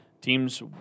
teams